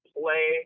play